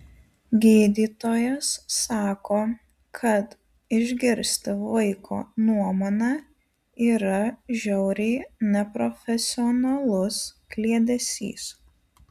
gydytojas sako kad išgirsti vaiko nuomonę yra žiauriai neprofesionalus kliedesys